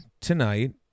tonight